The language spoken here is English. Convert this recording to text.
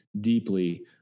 deeply